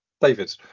David